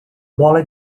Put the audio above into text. bola